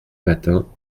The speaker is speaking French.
matin